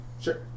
Sure